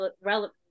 relevant